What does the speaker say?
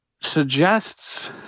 suggests